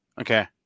Okay